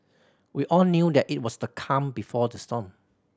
we all knew that it was the calm before the storm